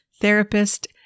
therapist